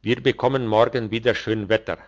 wir bekommen morgen wieder schön wetter